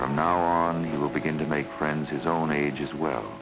from now on the real begin to make friends his own age as well